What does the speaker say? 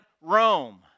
Rome